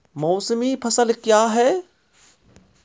मौसमी फसल क्या हैं?